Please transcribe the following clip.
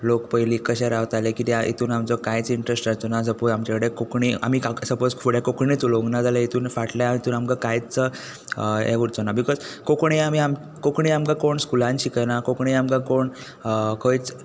लोक पयलीं कशे रावताले कित्या हातूंत आमचो कांयच इंटरेस्ट आसचो ना सपोज आमचे कडेन कोंकणी आमी सपोज फुडें कोंकणीच उलोवंक नाजाल्यार हातूंत फाटल्या हातूंत आमकां कांयच हे उरचो ना बिकॉज कोंकणी आमकां कोंकमी आमकां कोण स्कुलांत शिकयना कोंकणी आमकां कोण खंयच